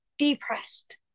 depressed